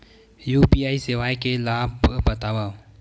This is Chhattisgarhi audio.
यू.पी.आई सेवाएं के लाभ बतावव?